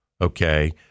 okay